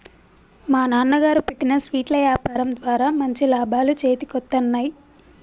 మా నాన్నగారు పెట్టిన స్వీట్ల యాపారం ద్వారా మంచి లాభాలు చేతికొత్తన్నయ్